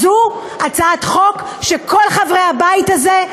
זו הצעת חוק שכל חברי הבית הזה,